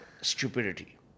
stupidity